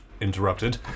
interrupted